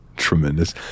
tremendous